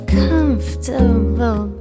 comfortable